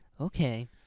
Okay